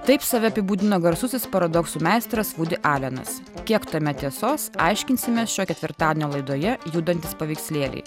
taip save apibūdino garsusis paradoksų meistras vudi alenas kiek tame tiesos aiškinsimės šio ketvirtadienio laidoje judantys paveikslėliai